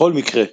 בכל מקרה,